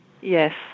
Yes